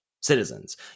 citizens